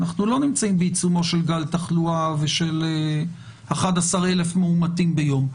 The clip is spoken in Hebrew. אנחנו לא נמצאים בעיצומו של גל תחלואה ושל 11,000 מאומתים ביום,